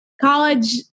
college